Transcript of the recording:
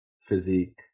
Physique